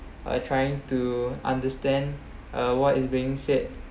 uh trying to understand uh what is being said